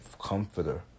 comforter